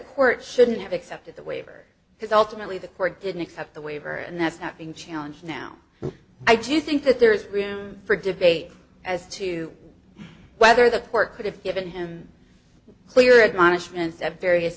court shouldn't have accepted the waiver has alternately the court didn't accept the waiver and that's not being challenged now i do think that there is room for debate as to whether the court could have given him clear admonishments at various